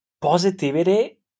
positivity